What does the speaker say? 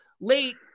late